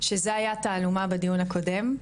שזה היה תעלומה בדיון הקודם,